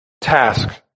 task